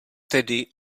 tedy